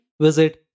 visit